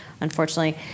unfortunately